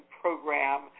program